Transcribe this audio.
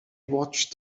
watched